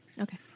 Okay